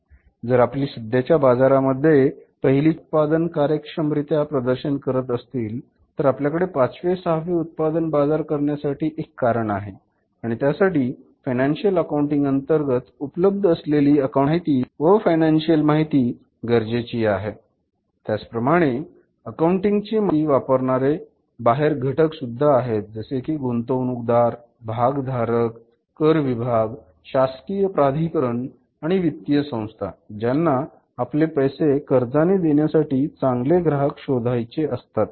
जर आपली सध्याच्या बाजारामध्ये पहिली चार उत्पादन कार्यक्षमरित्या प्रदर्शन करत असतील तर आपल्याकडे पाचवे सहावे उत्पादन बाजार करण्यासाठी एक कारण आहे आणि त्यासाठी फायनान्शिअल अकाउंटिंग अंतर्गत उपलब्ध असलेली अकाउंटिंग ची माहिती व फायनान्शिअल माहित गरजेची आहे त्याचप्रमाणे अकाउंटिंग ची माहिती वापरणारे बाहेर घटक सुद्धा आहेत जसे की गुंतवणूकदार भागधारक कर विभाग शासकीय प्राधिकरण आणि वित्तीय संस्था ज्यांना आपले पैसे कर्जाने देण्यासाठी चांगले ग्राहक शोधायचे असतात